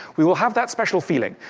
we will have that special feeling.